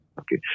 Okay